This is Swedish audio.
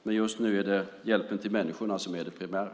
Men just nu är det hjälpen till människorna som är det primära.